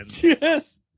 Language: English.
Yes